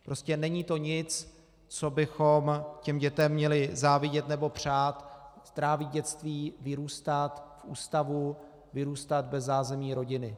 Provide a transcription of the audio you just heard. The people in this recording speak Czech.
Prostě není to nic, co bychom měli dětem závidět nebo přát, trávit dětství, vyrůstat v ústavu, vyrůstat bez zázemí rodiny.